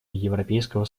европейского